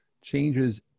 changes